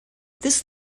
this